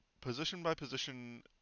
position-by-position